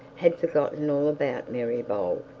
had forgotten all about mary bold.